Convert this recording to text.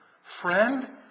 Friend